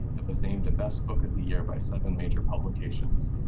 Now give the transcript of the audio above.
it was named a best book of the year by seven major publications.